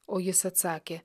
o jis atsakė